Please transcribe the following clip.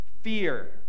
Fear